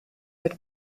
mit